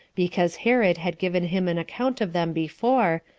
because herod had given him an account of them before,